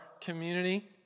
community